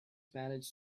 managed